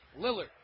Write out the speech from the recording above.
Lillard